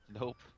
Nope